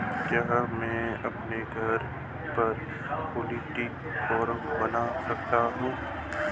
क्या मैं अपने घर पर पोल्ट्री फार्म बना सकता हूँ?